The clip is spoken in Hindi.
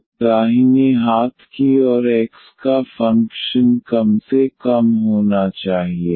तो दाहिने हाथ की और x का फ़ंक्शन कम से कम होना चाहिए